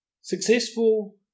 Successful